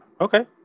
okay